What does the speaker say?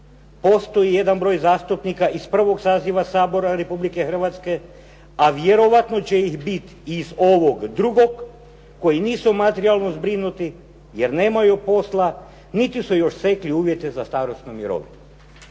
postoji jedan broj zastupnika iz prvog saziva Sabora Republike Hrvatske, a vjerojatno će ih biti i iz ovog drugog, koji nisu materijalno zbrinuti jer nemaju posla, niti su još stekli uvjete za starosnu mirovinu.